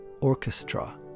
orchestra